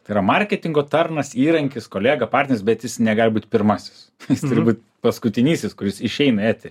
tai yra marketingo tarnas įrankis kolega partneris bet jis negali būt pirmasis jis turi būt paskutinysis kuris išeina į eterį